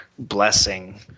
Blessing